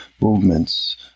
movements